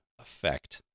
effect